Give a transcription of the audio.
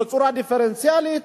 בצורה דיפרנציאלית,